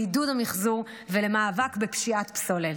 לעידוד המחזור ולמאבק בפשיעת פסולת.